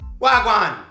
Wagwan